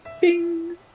bing